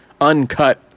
uncut